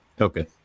Okay